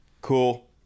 cool